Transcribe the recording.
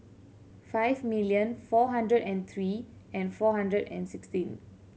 five million four hundred and three and four hundred and sixteen